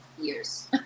years